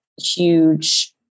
huge